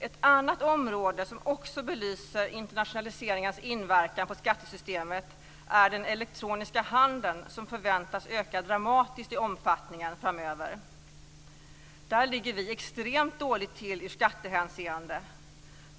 Ett annat område som också belyser internationaliseringens inverkan på skattesystemet är den elektroniska handeln som förväntas öka dramatiskt i omfattning framöver. Där ligger vi extremt dåligt till ur skattehänseende.